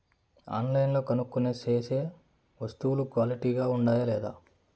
ఆన్లైన్లో కొనుక్కొనే సేసే వస్తువులు క్వాలిటీ గా ఉండాయా లేదా?